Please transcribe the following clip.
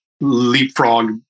leapfrog